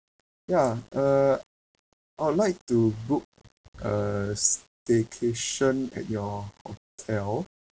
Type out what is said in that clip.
ya uh I would like to book a staycation at your hotel